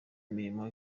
imirimo